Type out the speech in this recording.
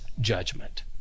judgment